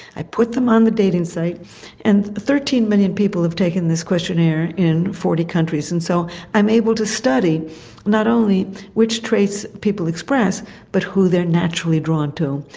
i put them on the dating site and thirteen million people have taken this questionnaire in forty countries, and so i am able to study not only which traits people express but who they are naturally drawn to.